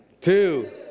two